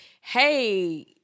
hey